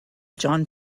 john